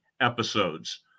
episodes